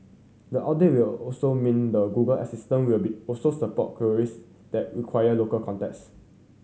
the update will also mean the Google Assistant will be also support queries that require local context